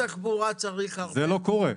כל מוסך יכול --- זה לא נכון.